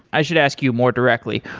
i should ask you more directly,